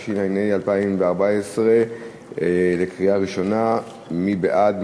התשע"ה 2014. מי בעד?